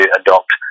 adopt